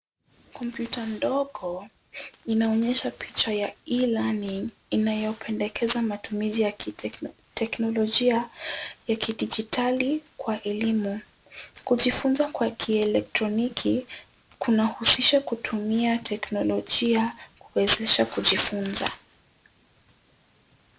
Kompyuta ndogo, inaonyesha picha ya e-learning inayopendekeza matumizi ya kiteknolojia ya kidijitali kwa elimu. Kujifunza kwa kielektroniki, kunahusisha kutumia teknolojia kuwezesha kujifunza.